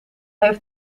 heeft